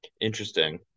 Interesting